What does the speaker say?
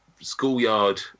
schoolyard